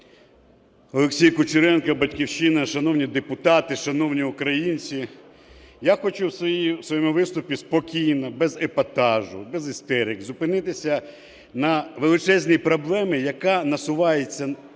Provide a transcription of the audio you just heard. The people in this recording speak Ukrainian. Олексій Кучеренко, "Батьківщина". Шановні депутати, шановні українці! Я хочу у своєму виступі спокійно, без епатажу, без істерик зупинитися на величезній проблемі, яка насувається